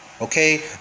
Okay